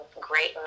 great